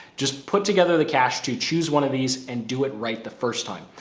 just put together the cash to choose one of these and do it right the first time.